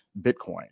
Bitcoin